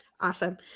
Awesome